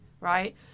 right